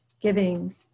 giving